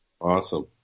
Awesome